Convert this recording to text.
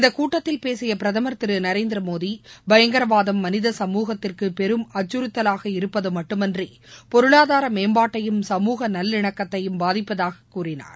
இந்தக் கூட்டத்தில் பேசிய பிரதமர் திரு நரேந்திர மோடி பயங்கரவாதம் மனித சமூகத்திற்கு பெரும் அச்சுறுத்தவாக இருப்பது மட்டுமன்றி பொருளாதார மேம்பாட்டையும் சமூக நல்லிணக்கத்தையும் பாதிப்பதாகக் கூறினார்